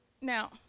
Now